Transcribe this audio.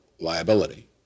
liability